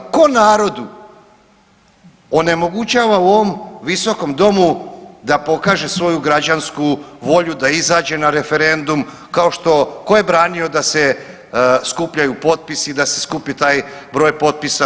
Ko narodu onemogućava u ovom Visokom domu da pokaže svoju građansku volju da izađe na referendum kao što tko je branio da se skupljaju potpisi, da se skupi taj broj potpisa.